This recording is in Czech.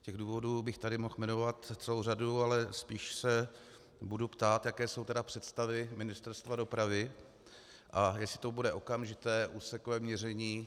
Těch důvodů bych tady mohl jmenovat celou řadu, ale spíše se budu ptát, jaké jsou tedy představy Ministerstva dopravy a jestli to bude okamžité úsekové měření.